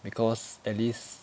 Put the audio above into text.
because at least